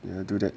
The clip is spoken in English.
you do that